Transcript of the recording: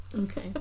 Okay